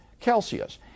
Celsius